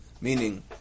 Meaning